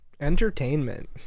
Entertainment